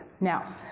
Now